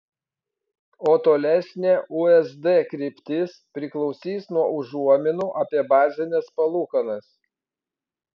o tolesnė usd kryptis priklausys nuo užuominų apie bazines palūkanas